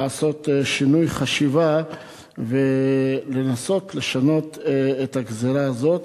לעשות שינוי חשיבה ולנסות לשנות את הגזירה הזאת.